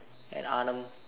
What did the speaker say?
at Annam